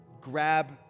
grab